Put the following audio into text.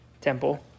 temple